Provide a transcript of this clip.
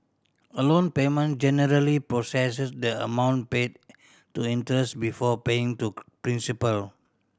a loan payment generally processes the amount paid to interest before paying to principal